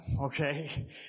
okay